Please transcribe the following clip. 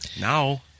now